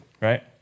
right